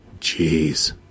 Jeez